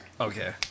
Okay